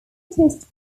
toast